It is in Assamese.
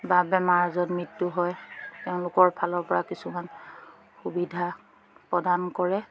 বা বেমাৰ আজাৰত মৃত্যু হয় তেওঁলোকৰ ফালৰপৰা কিছুমান সুবিধা প্ৰদান কৰে